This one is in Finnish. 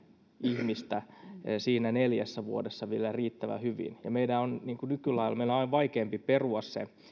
ihmistä siinä neljässä vuodessa vielä riittävän hyvin ja meidän on nykylailla vaikeampi perua se